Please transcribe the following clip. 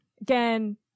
again